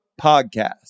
podcast